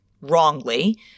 Wrongly